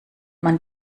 man